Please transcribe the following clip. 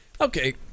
Okay